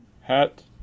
Hat